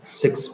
six